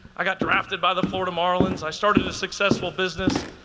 i got drafted by the florida marlins. i started a successful business.